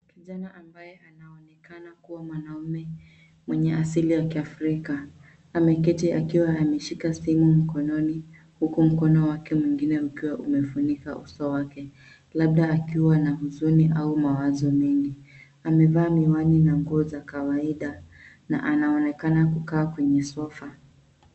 Kijana ambaye anaonekana kuwa mwanume mwenye asili ya kiafrika ameketi akiwa ameshika simu mkononi huku mkono wake mwingine ukiwa umefunika uso wake, labda akiwa na huzuni au mawazo mingi. Amevaa miwani na nguo za kawaida na anaonekana kukaa kwenye sofa.